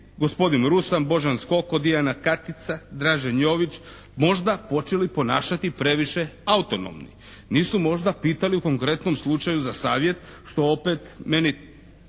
gospodin Rusan, Božan Skoko, Dijana Katica, Dražen Jović, možda počeli ponašati previše autonomni. Nisu možda pitali u konkretnom slučaju za savjet što opet meni